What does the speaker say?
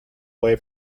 away